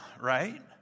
right